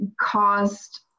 caused